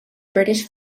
british